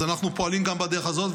אז אנחנו פועלים גם בדרך הזאת,